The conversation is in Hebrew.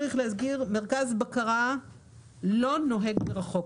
צריך להזכיר שמרכז בקרה לא נוהג מרחוק.